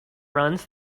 runs